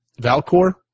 Valcor